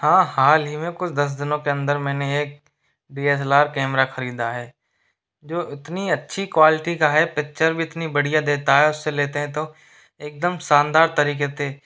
हाँ हालही में कुछ दस दिनों के अंदर मैंने एक D S L R camera ख़रीदा है जो इतनी अच्छी क्वालिटी का है पिक्चर भी इतनी बढ़िया देता है उस से लेते हैं तो एक दम शानदार तरीक़े से